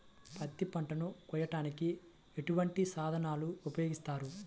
పత్తి పంటను కోయటానికి ఎటువంటి సాధనలు ఉపయోగిస్తారు?